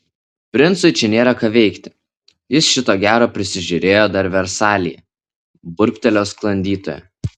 princui čia nėra ką veikti jis šito gero prisižiūrėjo dar versalyje burbtelėjo sklandytoja